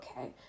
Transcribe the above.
okay